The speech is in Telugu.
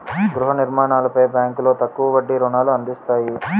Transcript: గృహ నిర్మాణాలపై బ్యాంకులో తక్కువ వడ్డీ రుణాలు అందిస్తాయి